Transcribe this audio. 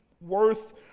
worth